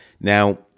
Now